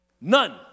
None